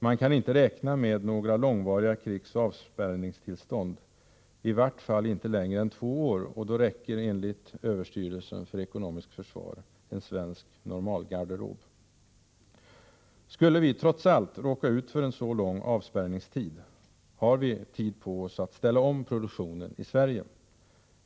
Man kan inte räkna med några långvariga krigsoch avspärrningstillstånd, i vart fall inte längre än två år, och då räcker enligt ÖEF en svensk normalgarderob. Skulle vi trots allt råka ut för en så lång avspärrningstid, har vi tid på oss att ställa om produktionen i Sverige.